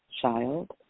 child